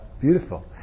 beautiful